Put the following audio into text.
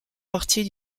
partie